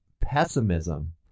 pessimism